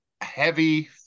heavy